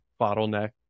bottleneck